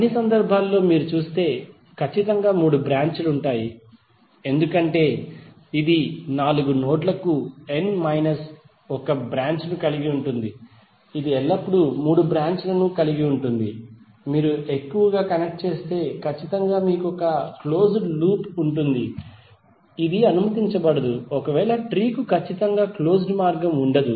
అన్ని సందర్భాల్లో మీరు చూస్తే ఖచ్చితంగా మూడు బ్రాంచ్ లు ఉంటాయి ఎందుకంటే ఇది నాలుగు నోడ్ల కు n మైనస్ ఒక బ్రాంచ్ ను కలిగి ఉంటుంది ఇది ఎల్లప్పుడూ మూడు బ్రాంచ్ లను కలిగి ఉంటుంది మీరు ఎక్కువ కనెక్ట్ చేస్తే ఖచ్చితంగా మీకు ఒక క్లోజ్ డ్ లూప్ ఉంటుంది ఇది అనుమతించబడదు ఒకవేళ ట్రీ కు ఖచ్చితంగా క్లోజ్డ్ మార్గం ఉండదు